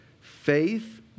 Faith